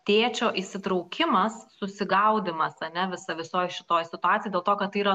tėčio įsitraukimas susigaudymas ane visa visoj šitoj situacijoj dėl to kad tai yra